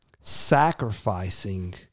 sacrificing